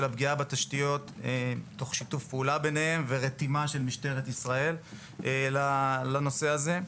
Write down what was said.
הפגיעה בתשתיות תוך שיתוף פעולה ביניהם ורתימה של משטרת ישראל לנושא הזה.